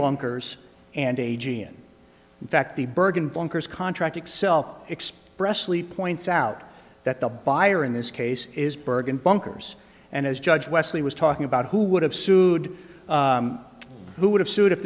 bunkers and a g and in fact the bergen bunker's contract itself expressly points out that the buyer in this case is bergen bunkers and as judge leslie was talking about who would have sued who would have sued if